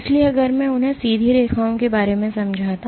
इसलिए अगर मैं उन्हें सीधी रेखाओं के बारे में समझाता